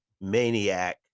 maniac